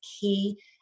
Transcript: key